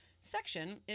section